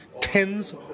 tens